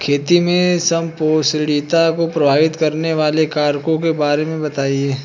खेती में संपोषणीयता को प्रभावित करने वाले कारकों के बारे में बताइये